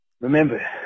Remember